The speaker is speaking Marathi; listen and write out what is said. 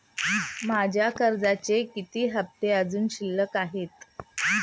माझे कर्जाचे किती हफ्ते अजुन शिल्लक आहेत?